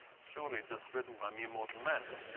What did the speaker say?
surely just written by mere mortal men.